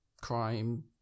crime